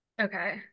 Okay